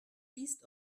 east